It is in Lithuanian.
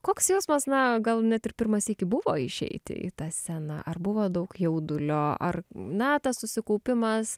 koks jausmas na gal net ir pirmą sykį buvo išeiti į tą sceną ar buvo daug jaudulio ar na tas susikaupimas